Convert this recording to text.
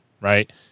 right